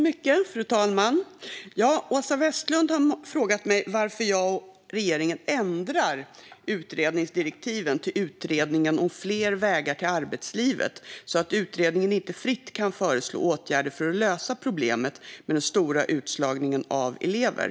Fru talman! har frågat mig varför jag och regeringen ändrar utredningsdirektiven till Utredningen om fler vägar till arbetslivet så att utredningen inte fritt kan föreslå åtgärder för att lösa problemet med den stora utslagningen av elever.